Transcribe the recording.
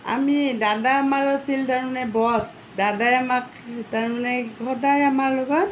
আমি দাদা আমাৰ আছিল তাৰমানে বছ দাদাই আমাক তাৰমানে সদায় আমাৰ লগত